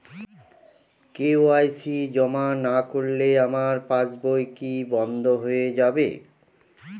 KYC জমা না করলে আমার পাসবই কি বন্ধ হয়ে যাবে?